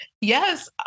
Yes